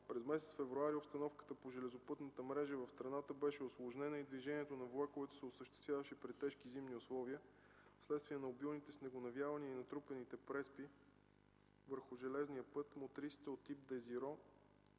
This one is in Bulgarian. През месец февруари обстановката по железопътната мрежа в страната беше усложнена и движението на влаковете се осъществяваше при тежки зимни условия. Вследствие на обилните снегонавявания и натрупаните преспи върху железния път мотрисите от тип